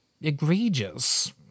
Egregious